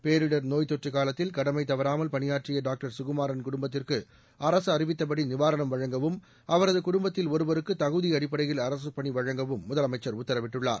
பேரிடர் நோய்த் தொற்றுக் காலத்தில் கடமை தவறாமல் பணியாற்றிய டாக்டர் ககுமாறன் குடும்பத்திற்கு அரசு அறிவித்தபடி நிவாரணம் வழங்கவும் அவரது குடும்பத்தில் ஒருவருக்கு தகுதி அடிப்படையில் அரசுப்பணி வழங்கவும் முதலமைச்சர் உத்தரவிட்டுள்ளார்